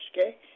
okay